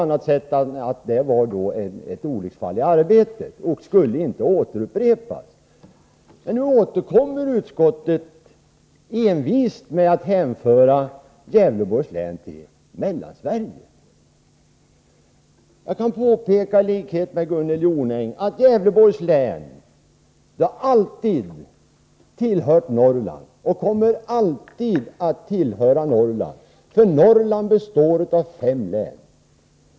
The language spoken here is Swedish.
Jag uppfattade det som ett olycksfall i arbetet och utgick från att det inte skulle upprepas. Men nu återkommer utskottet envist med att hänföra Gävleborgs län till Mellansverige. Jag vill i likhet med Gunnel Jonäng påpeka att Gävleborgs län alltid har tillhört Norrland och alltid kommer att göra det — Norrland består av fem län.